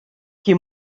qui